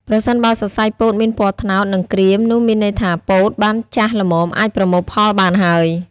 ប្រសិនបើសរសៃពោតមានពណ៌ ត្នោត និងក្រៀម នោះមានន័យថាពោតបានចាស់ល្មមអាចប្រមូលផលបានហើយ។